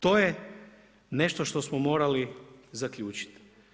To je nešto što smo morali zaključiti.